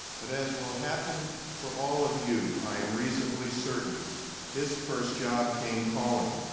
but as will happen for all of you, i am reasonably certain his first job came calling.